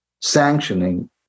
sanctioning